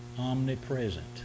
omnipresent